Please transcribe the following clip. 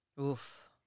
Oof